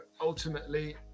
ultimately